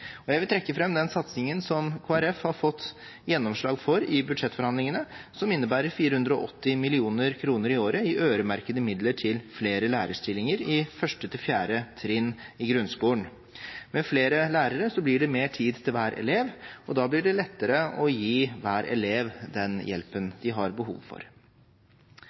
Jeg vil trekke fram den satsingen som Kristelig Folkeparti har fått gjennomslag for i budsjettforhandlingene, som innebærer 480 mill. kr i året i øremerkede midler til flere lærerstillinger i 1.–4. trinn i grunnskolen. Med flere lærere blir det mer tid til hver elev, og da blir det lettere å gi hver elev den hjelpen de har behov for.